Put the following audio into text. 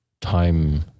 time